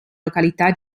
località